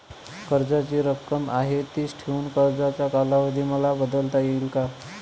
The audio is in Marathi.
कर्जाची रक्कम आहे तिच ठेवून कर्जाचा कालावधी मला बदलता येईल का?